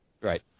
Right